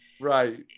right